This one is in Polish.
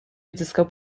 odzyskał